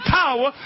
power